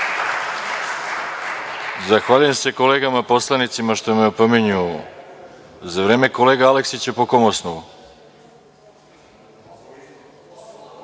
Zahvaljujem se kolegama poslanicima što me opominju za vreme. Kolega Aleksić, po kom osnovu?